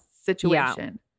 situation